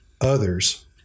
others